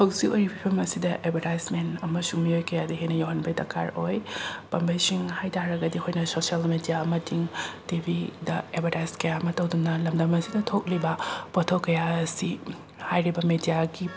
ꯍꯧꯖꯤꯛ ꯑꯣꯏꯔꯤꯕ ꯐꯤꯕꯝ ꯑꯁꯤꯗ ꯑꯦꯗꯚꯔꯇꯥꯏꯁꯃꯦꯟ ꯑꯃꯁꯨꯡ ꯃꯤꯑꯣꯏ ꯀꯌꯥꯗ ꯍꯦꯟꯅ ꯌꯧꯍꯟꯕꯒꯤ ꯗꯔꯀꯥꯔ ꯑꯣꯏ ꯄꯥꯝꯕꯩꯁꯤꯡ ꯍꯥꯏ ꯇꯥꯔꯒꯗꯤ ꯑꯩꯈꯣꯏꯅ ꯁꯣꯁ꯭ꯌꯦꯜ ꯃꯦꯗꯤꯌꯥ ꯑꯃꯗꯤ ꯇꯤꯚꯤ ꯗ ꯑꯦꯗꯚꯔꯇꯥꯏꯖ ꯀꯌꯥ ꯑꯃ ꯇꯧꯗꯨꯅ ꯂꯝꯗꯝ ꯑꯁꯤꯗ ꯊꯣꯛꯂꯤꯕ ꯄꯣꯊꯣꯛ ꯀꯌꯥ ꯑꯁꯤ ꯍꯥꯏꯔꯤꯕ ꯃꯤꯗꯤꯌꯥꯒꯤ